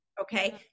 okay